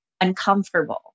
uncomfortable